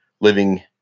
living